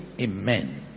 Amen